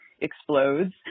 explodes